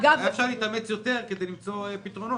אפשר להתאמץ יותר כדי למצוא פתרונות.